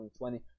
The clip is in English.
2020